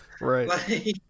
right